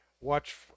Watch